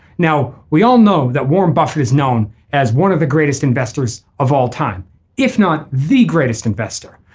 now we all know that warren buffett is known as one of the greatest investors of all time if not the greatest investor.